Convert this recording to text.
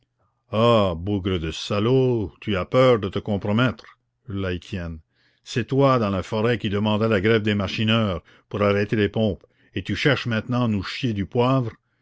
ah bougre de salaud tu as peur de te compromettre hurlait étienne c'est toi dans la forêt qui demandais la grève des machineurs pour arrêter les pompes et tu cherches maintenant à nous chier du poivre